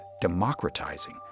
democratizing